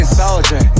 soldier